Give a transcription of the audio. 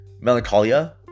Melancholia